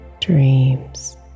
dreams